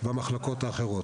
במחלקות האחרות.